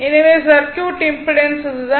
எனவே circuit impedance இதுதான்